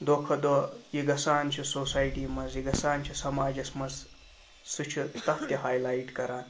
دۄہ کھۄ دۄہ یہِ گژھان چھِ سوسایٹی منٛز یہِ گژھان چھِ سماجَس منٛز سُہ چھُ تَتھ تہِ ہَے لایِٹ کران